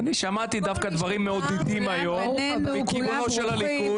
אני שמעתי דווקא דברים מעודדים היום מכיוונו של הליכוד.